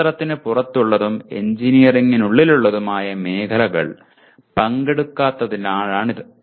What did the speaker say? ശാസ്ത്രത്തിന് പുറത്തുള്ളതും എഞ്ചിനീയറിംഗിനുള്ളിലുള്ളതുമായ മേഖലകൾ പങ്കെടുക്കാത്തതിനാലാണിത്